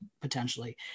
potentially